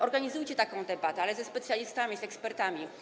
Organizujcie taką debatę, ale ze specjalistami, z ekspertami.